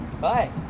Bye